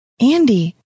Andy